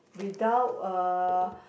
without uh